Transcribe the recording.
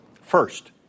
first